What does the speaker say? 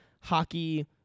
hockey